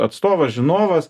atstovas žinovas